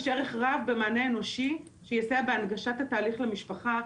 יש ערך רב במענה אנושי שיסייע בהנגשת התהליך למשפחה,